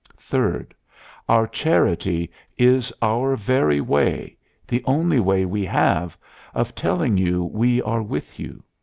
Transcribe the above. third our charity is our very way the only way we have of telling you we are with you.